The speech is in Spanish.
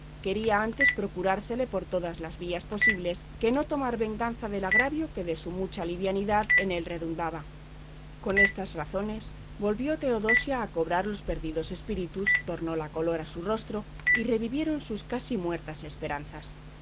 quería antes procurársele por todas las vías posibles que no tomar venganza del agravio que de su mucha liviandad en él redundaba con estas razones volvió teodosia a cobrar los perdidos espíritus tornó la color a su rostro y revivieron sus casi muertas esperanzas